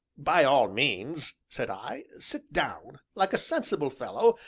by all means, said i, sit down, like a sensible fellow,